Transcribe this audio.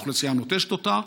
האוכלוסייה נוטשת אותה,